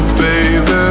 baby